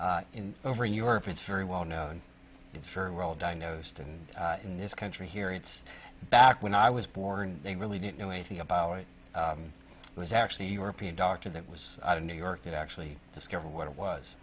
it in over in europe it's very well known it's very well diagnosed and in this country here it's back when i was born they really didn't know anything about it was actually european doctor that was new york that actually discovered what it was